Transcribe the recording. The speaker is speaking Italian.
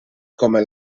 come